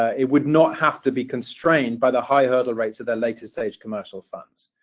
it would not have to be constrained by the high hurdle rates of their later stage commercial funds.